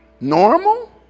normal